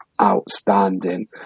outstanding